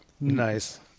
Nice